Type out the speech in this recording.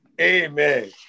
Amen